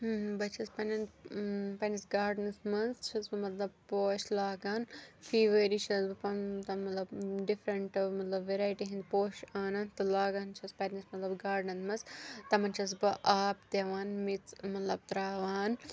بہٕ چھَس پنٛنٮ۪ن پنٛںِس گاڈنَس منٛز چھَس بہٕ مطلب پوش لاگان فی ؤری چھَس بہٕ پَنُن تَتھ مطلب ڈِفرَنٛٹ مطلب وٮ۪رایٹی ہِنٛدۍ پوش اَنان تہٕ لاگان چھَس پنٛنِس مطلب گاڈنَن منٛز تَمَن چھَس بہٕ آب دِوان میٚژ مطلب ترٛاوان